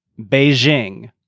Beijing